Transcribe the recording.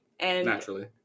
Naturally